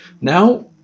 Now